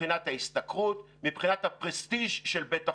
מבחינת ההשתכרות, מבחינת הפרסטיז'ה של בית החולים.